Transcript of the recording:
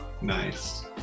Nice